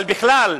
אבל בכלל,